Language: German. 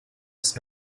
ist